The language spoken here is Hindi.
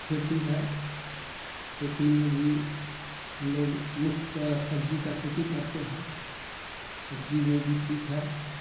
खेती है खेती में भी हम लोग मुफ्त सब्जी का खेती करते हैं सब्जी में भी ठीक है